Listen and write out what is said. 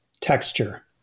texture